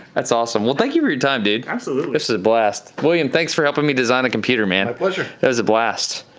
that's awesome. well, thank you for your time, dude. absolutely. this was a blast. william, thanks for helping me design a computer, man. my and pleasure. it was a blast.